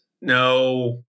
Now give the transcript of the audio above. No